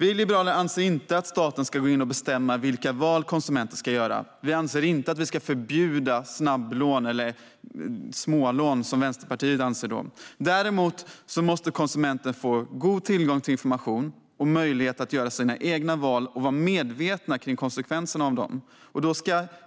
Vi liberaler anser inte att staten ska gå in och bestämma vilka val konsumenter ska göra. Vi anser inte att snabblån eller smålån ska förbjudas, så som Vänsterpartiet anser. Däremot måste konsumenten få god tillgång till information och ha möjlighet att göra sina egna val och vara medveten om konsekvenserna av dem.